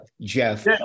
Jeff